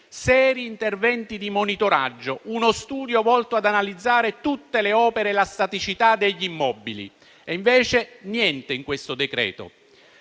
seri interventi di monitoraggio, uno studio volto ad analizzare tutte le opere e la staticità degli immobili. Invece, niente in questo decreto.